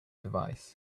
device